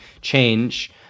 change